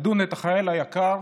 שאדון את החייל היקר